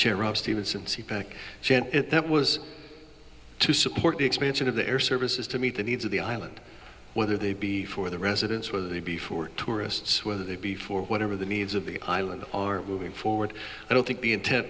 at that was to support the expansion of the air services to meet the needs of the island whether they be for the residents whether they be for tourists whether they be for whatever the needs of the island are moving forward i don't think the intent